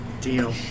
Deal